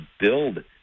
build